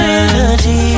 energy